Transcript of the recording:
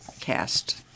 cast